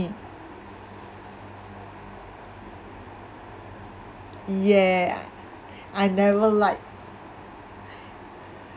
yeah I never liked